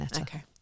okay